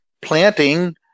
planting